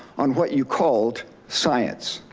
on what you called science.